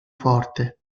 forte